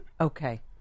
Okay